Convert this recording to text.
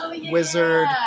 wizard